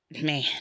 man